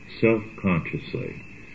self-consciously